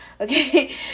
okay